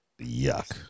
Yuck